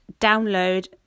download